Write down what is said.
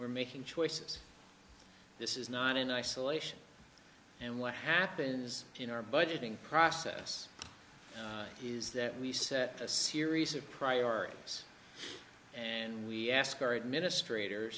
we're making choices this is not in isolation and what happens in our budgeting process is that we set a series of priorities and we ask our administrator